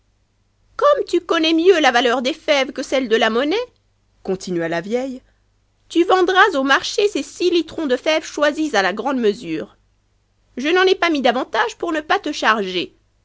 comme tu connais mieux la valeur des fèves que ceue de la monnaie continua la vieille tu vendras au marché ces six litrons de fèves choisies à la grande mesure je n'en ai pas mis davantage pour ne pas te charger